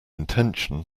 intention